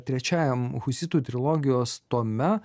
trečiajam husitų trilogijos tome